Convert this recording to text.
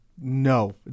No